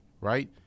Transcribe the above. right